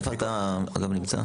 איפה אתה נמצא?